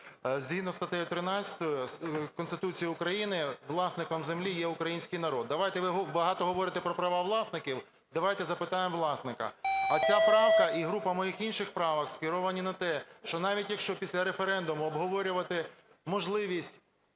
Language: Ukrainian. Згідно із статтею 13 Конституції України власником землі є український народ. Давайте… Ви багато говорите про права власників. Давайте запитаємо у власника. А ця правка і група моїх інших правок скеровані на те, що навіть, якщо після референдуму обговорювати можливість